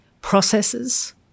processes